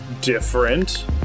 different